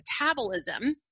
metabolism